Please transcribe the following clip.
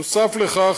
נוסף על כך,